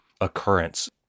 occurrence